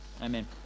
Amen